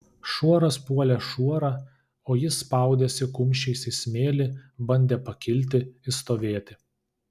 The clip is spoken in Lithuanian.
šuoras puolė šuorą o jis spaudėsi kumščiais į smėlį bandė pakilti išstovėti